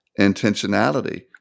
intentionality